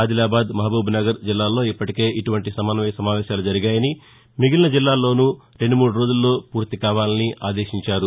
ఆదిలాబాద్ మహబూబ్నగర్ జిల్లాల్లో ఇప్పటికే ఇటువంటి సమన్వయ సమావేశాలు జరిగాయని మిగిలిన జిల్లాల్లోనూ రెండుమూడోజుల్లో పూర్తికావాలని ఆదేశించారు